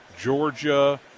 Georgia